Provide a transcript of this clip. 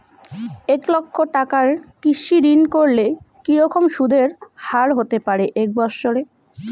এক লক্ষ টাকার কৃষি ঋণ করলে কি রকম সুদের হারহতে পারে এক বৎসরে?